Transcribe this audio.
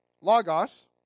logos